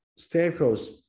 Stamkos